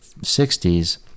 60s